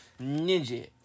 Ninja